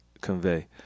convey